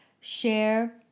Share